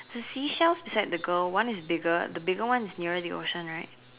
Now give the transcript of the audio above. the seashells beside the girl one is bigger the bigger one is nearer the ocean right